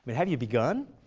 but have you begun?